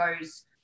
goes